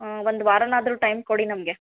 ಹ್ಞೂ ಒಂದು ವಾರನಾದರೂ ಟೈಮ್ ಕೊಡಿ ನಮಗೆ